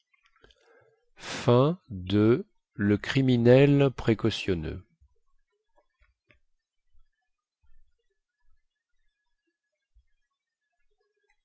palmier le criminel précautionneux